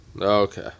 Okay